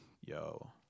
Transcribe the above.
Yo